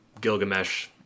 Gilgamesh